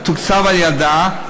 מתוקצב על-ידה,